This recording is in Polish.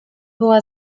była